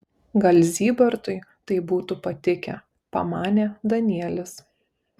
gal zybartui tai būtų patikę pamanė danielis